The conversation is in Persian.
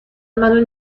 منو